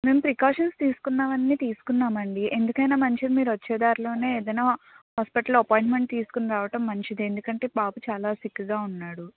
మేము ప్రికాషన్స్ తీసుకున్న వన్ని తీసుకున్నామండి ఎందుకైనా మంచిది మీరు వచ్చే దారిలోనే ఏదైనా హాస్పటల్ అపాయింట్మెంట్ తీసుకుని రావటం మంచిది ఎందుకంటే బాబు చాలా సిక్కుగా ఉన్నాడు